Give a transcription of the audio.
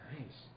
Nice